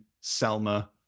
Selma